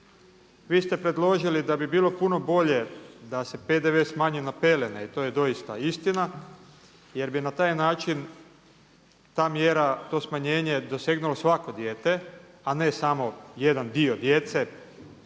Vi ste predložili da bi bilo puno bolje da se PDV smanji na pelene, i to je doista istina, jer bi na taj način ta mjera to smanjenje dosegnulo svako dijete, a ne samo jedan dio djece